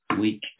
week